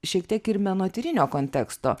šiek tiek ir menotyrinio konteksto